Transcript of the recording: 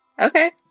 Okay